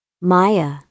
Maya